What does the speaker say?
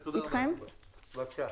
צו